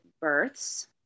births